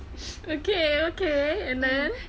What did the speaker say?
okay okay and then